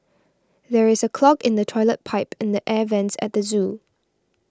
there is a clog in the Toilet Pipe and the Air Vents at the zoo